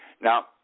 Now